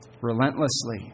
relentlessly